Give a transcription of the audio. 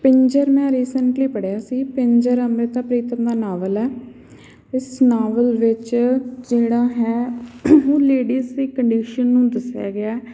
ਪਿੰਜਰ ਮੈਂ ਰੀਸੈਂਟਲੀ ਪੜ੍ਹਿਆ ਸੀ ਪਿੰਜਰ ਅੰਮ੍ਰਿਤਾ ਪ੍ਰੀਤਮ ਦਾ ਨਾਵਲ ਹੈ ਇਸ ਨਾਵਲ ਵਿੱਚ ਜਿਹੜਾ ਹੈ ਲੇਡੀਜ਼ ਦੀ ਕੰਡੀਸ਼ਨ ਨੂੰ ਦੱਸਿਆ ਗਿਆ